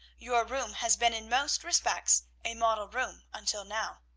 your room has been in most respects a model room until now.